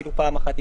אפילו פעם אחת,